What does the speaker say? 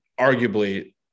arguably